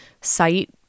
site